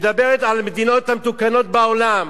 מדברת על המדינות המתוקנות בעולם,